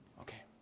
Okay